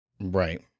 right